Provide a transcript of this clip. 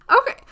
Okay